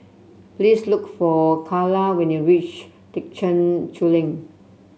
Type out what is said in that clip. please look for Kayla when you reach Thekchen Choling